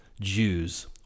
Jews